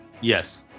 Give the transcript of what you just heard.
Yes